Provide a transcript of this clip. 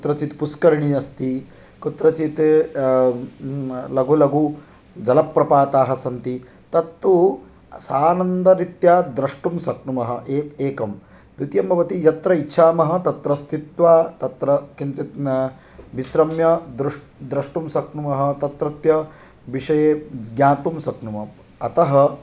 कुत्रचित् पुष्करिणी अस्ति कुत्रचित् लघु लघु जलप्रपाताः सन्ति तत्तु सानन्दरीत्या द्रष्टुं शक्नुमः एक एकम् द्वितीयं भवति यत्र इच्छामः तत्र स्थित्वा तत्र किञ्चित् विश्रम्य दृष् द्रष्टुं शक्नुमः तत्रत्यविषये ज्ञातुं शक्नुमः अतः